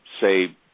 say